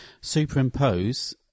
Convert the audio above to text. superimpose